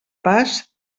pas